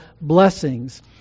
blessings